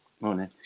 Morning